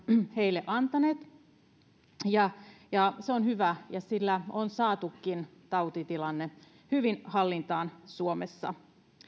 heille antaneet se on hyvä ja sillä on saatukin tautitilanne hyvin hallintaan suomessa